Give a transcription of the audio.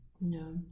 No